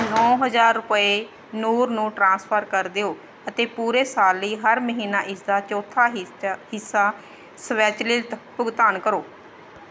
ਨੌਂ ਹਜ਼ਾਰ ਰੁਪਏ ਨੂਰ ਨੂੰ ਟ੍ਰਾਂਸਫਰ ਕਰ ਦਿਓ ਅਤੇ ਪੂਰੇ ਸਾਲ ਲਈ ਹਰ ਮਹੀਨੇ ਇਸ ਦਾ ਚੌਥਾ ਹਿੱਸ ਹਿੱਸਾ ਸਵੈਚਲਿਤ ਭੁਗਤਾਨ ਕਰੋ